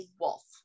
wolf